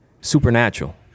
supernatural